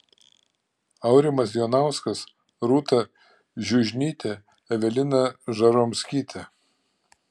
aurimas jonauskas rūta žiužnytė evelina žaromskytė